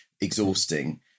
exhausting